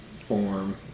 form